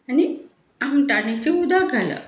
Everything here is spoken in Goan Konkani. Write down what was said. आनी आमटाणीचें उदक घालप